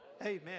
amen